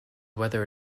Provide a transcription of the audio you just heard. whether